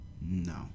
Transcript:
no